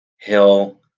Hill